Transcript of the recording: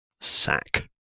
sack